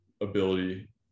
ability